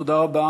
תודה רבה.